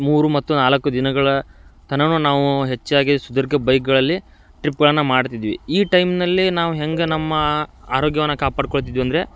ಮೂರು ಮತ್ತು ನಾಲ್ಕು ದಿನಗಳ ತನ್ಕನೂ ನಾವು ಹೆಚ್ಚಾಗಿ ಸುದೀರ್ಘ ಬೈಕ್ಗಳಲ್ಲಿ ಟ್ರಿಪ್ಗಳನ್ನು ಮಾಡ್ತಿದ್ವಿ ಈ ಟೈಮ್ನಲ್ಲಿ ನಾವು ಹೆಂಗೆ ನಮ್ಮ ಆರೋಗ್ಯವನ್ನು ಕಾಪಾಡಿಕೊಳ್ತಿದ್ವಿ ಅಂದರೆ